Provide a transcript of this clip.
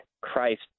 Christ